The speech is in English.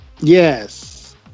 yes